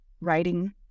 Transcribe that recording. writing